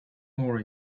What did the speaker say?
more